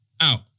Out